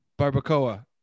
Barbacoa